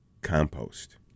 compost